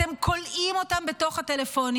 אתם כולאים אותם בתוך הטלפונים.